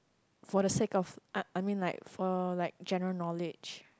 for the sake of I I mean like for like general knowledge